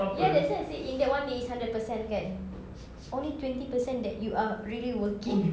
ya that's why I say in that one day it's hundred percent kan only twenty percent that you are really working